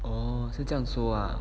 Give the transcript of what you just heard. orh 是这样说啊